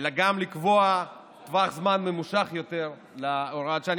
אלא גם לקבוע טווח זמן ממושך יותר להוראת השעה.